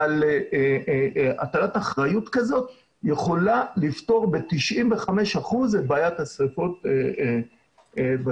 אבל הטלת אחריות כזאת יכולה לפתור ב-95% את בעיית השריפות בשטחים